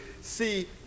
see